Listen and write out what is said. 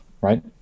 right